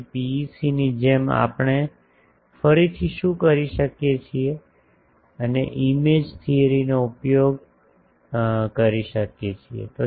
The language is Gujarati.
તેથી પીઈસીની જેમ આપણે ફરીથી શું કરી શકીએ છીએ અમે ઇમેજ થિયરી નો ઉપયોગ કરી શકીએ છીએ